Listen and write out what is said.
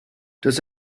does